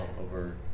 over